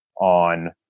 on